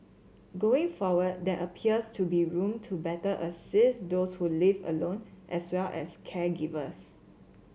going forward there appears to be room to better assist those who live alone as well as caregivers